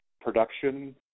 production